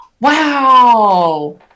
wow